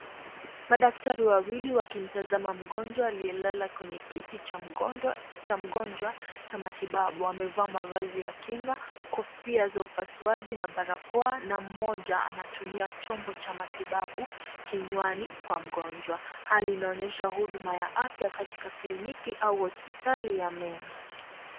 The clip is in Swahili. Madaktari wawili wakimtazama mgonjwa aliyelala kwenye kiti cha mgonjwa cha matibabu. Amevaa mavazi ya kinga , kofia za upasuaji na barakoa na mmoja anatumia chombo cha matibabu kinywani kwa mgonjwa . Hali inaonyesha huduma ya afya katika kliniki au hospitali ya meno.